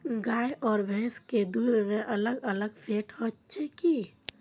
गाय आर भैंस के दूध में अलग अलग फेट होचे की?